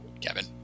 Kevin